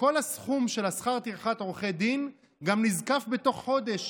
וכל הסכום של שכר טרחת עורכי דין גם נזקף בתוך חודש,